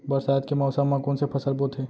बरसात के मौसम मा कोन से फसल बोथे?